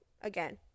again